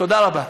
תודה רבה.